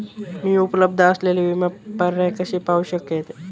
मी उपलब्ध असलेले विमा पर्याय कसे पाहू शकते?